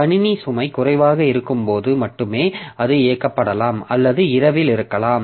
கணினி சுமை குறைவாக இருக்கும்போது மட்டுமே அது இயக்கப்படலாம் அல்லது இரவில் இருக்கலாம்